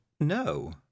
no